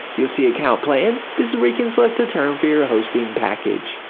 you'll see account plan. this is where you can select the term for your hosting package.